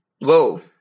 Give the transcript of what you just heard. Whoa